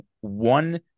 one